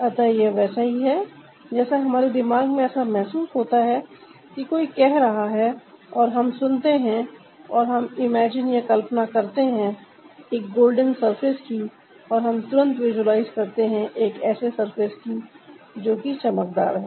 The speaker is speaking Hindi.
अतः यह वैसा ही है जैसा हमारे दिमाग में ऐसा महसूस होता है कि कोई कह रहा है और हम सुनते हैं और हम इमेजिन या कल्पना करते हैं एक गोल्डन सरफेस की और हम तुरंत विजुलाइज करते हैं ऐसे सर्फेस की जो कि चमकदार है